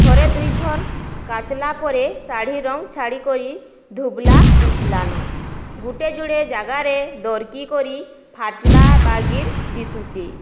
ଥରେ ଦୁଇ ଥର କାଚ୍ଲା ପରେ ଶାଢୀ ରଙ୍ଗ ଛାଡିକରି ଧୋବଲା ଦିଶ୍ଲାନ ଗୁଟେ ଯୁଡେ ଜାଗାରେ ଦର୍କି କରି ଫାଟ୍ଲା ବାଗିର୍ ଦିଶୁଛେ